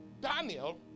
Daniel